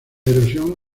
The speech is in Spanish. erosión